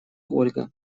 ольга